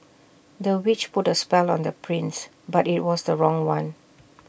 the witch put A spell on the prince but IT was the wrong one